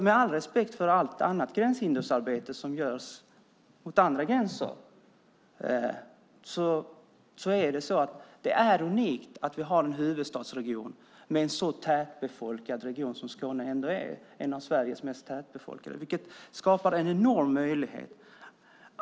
Med all respekt för allt annat gränshindersarbete som görs är det ändå unikt att vi har en huvudstadsregion med en så tätbefolkad region som Skåne är. Det skapar en enorm möjlighet.